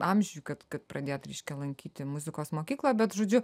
amžiuj kad pradėti reiškia lankyti muzikos mokyklą bet žodžiu